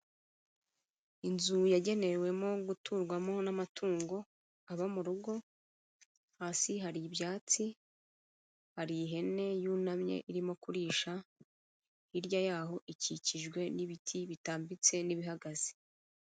Inzu yagenewemo guturwamo n'amatungo aba mu rugo, hasi hari ibyatsi, hari ihene yunamye irimo kurisha, hirya yaho ikikijwe n'ibiti bitambitse n'ibihagaze.